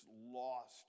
lost